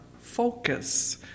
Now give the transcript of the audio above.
focus